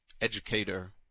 educator